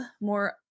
more